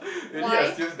why